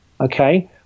okay